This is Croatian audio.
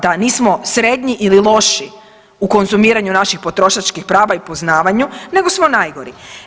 Da nismo srednji ili loši u konzumiranju naših potrošačkih prava u poznavanju, nego smo najgori.